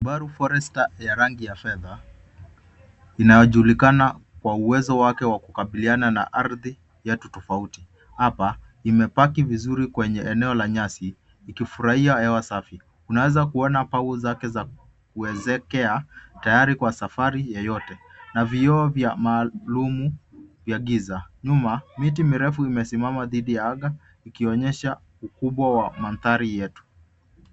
Subaru Forester ya rangi ya fedha, inayojulikana kwa uwezo wake wa kukabiliana na ardhi yetu tofauti. Hapa imepaki vizuri kwenye eneo la nyasi, ikifurahia hewa safi. Unaweza kuona pau zake za kuwezekea tayari kwa safari yeyote na vioo vya maalum vya giza. Nyuma, miti mirefu imesimama dhidi ya aga, ikionyesha ukubwa wa mandhari yetu.